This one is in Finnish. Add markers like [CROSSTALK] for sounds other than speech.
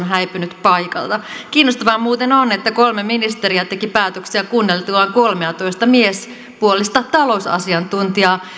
[UNINTELLIGIBLE] häipyneet paikalta kiinnostavaa muuten on että kolme ministeriä teki päätöksiä kuunneltuaan kolmeatoista miespuolista talousasiantuntijaa